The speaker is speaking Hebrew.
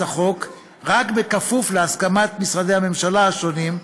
החוק רק בכפוף להסכמת משרדי הממשלה השונים,